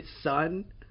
son